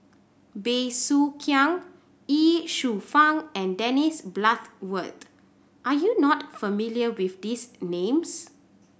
Bey Soo Khiang Ye Shufang and Dennis Bloodworth are you not familiar with these names